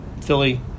Philly